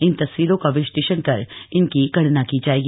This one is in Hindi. इन तस्वीरों का विश्लेषण कर इनकी गणना की जाएगी